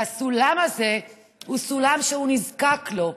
והסולם הזה הוא סולם שהוא נזקק לו,